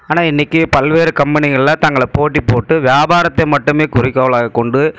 ஆனால் இன்னிக்கு பல்வேறு கம்பெனிகளில் தங்களை போட்டி போட்டு வியாபாரத்தை மட்டுமே குறிக்கோளாக கொண்டு